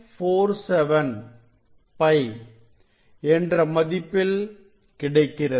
47 π என்ற மதிப்பில் கிடைக்கிறது